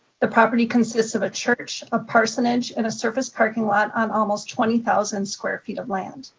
the property consists of a church, a parsonage and a surface parking lot on almost twenty thousand square feet of land.